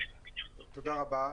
תודה רבה.